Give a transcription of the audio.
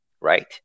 right